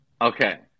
Okay